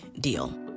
deal